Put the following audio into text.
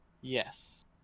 Yes